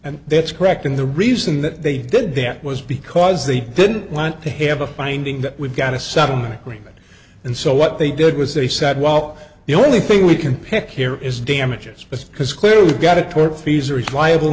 and that's correct and the reason that they did that was because they didn't want to have a finding that we've got a settlement agreement and so what they did was they said well the only thing we can pick here is damages because clearly we've got a court fees or is liable